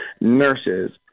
nurses